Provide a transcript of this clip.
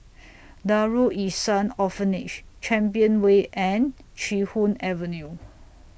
Darul Ihsan Orphanage Champion Way and Chee Hoon Avenue